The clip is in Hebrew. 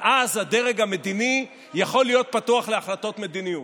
ואז הדרג המדיני יכול להיות פתוח להחלטות מדיניות.